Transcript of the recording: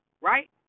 right